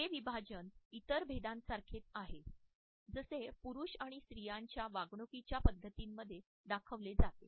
हे विभाजन इतर भेदांसारखेच आहे जसे पुरुष आणि स्त्रियांच्या वागणुकीच्या पद्धतींमध्ये दाखविले जाते